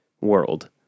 world